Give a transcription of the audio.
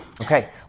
Okay